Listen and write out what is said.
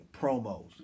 Promos